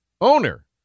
owner